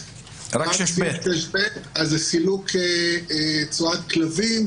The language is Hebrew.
זה סילוק צואת כלבים.